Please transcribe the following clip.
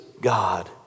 God